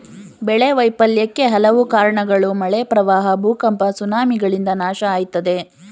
ಬೆಳೆ ವೈಫಲ್ಯಕ್ಕೆ ಹಲವು ಕಾರ್ಣಗಳು ಮಳೆ ಪ್ರವಾಹ ಭೂಕಂಪ ಸುನಾಮಿಗಳಿಂದ ನಾಶ ಆಯ್ತದೆ